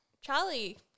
Charlie